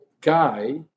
guy